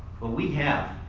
but we have.